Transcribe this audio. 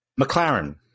McLaren